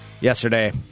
yesterday